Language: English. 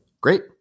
Great